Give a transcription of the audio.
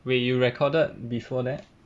wait you recorded before that